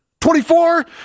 24